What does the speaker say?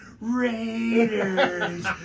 Raiders